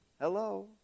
Hello